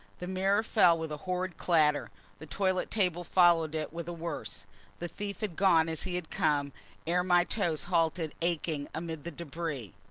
the mirror fell with a horrid clatter the toilet-table followed it with a worse the thief had gone as he had come ere my toes halted aching amid the debris.